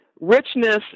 richness